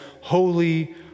holy